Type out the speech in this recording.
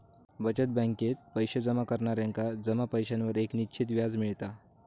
बचत बॅकेत पैशे जमा करणार्यांका जमा पैशांवर एक निश्चित व्याज मिळता